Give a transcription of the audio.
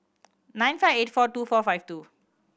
nine five eight four two four five two